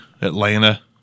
Atlanta